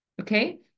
Okay